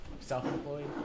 self-employed